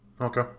Okay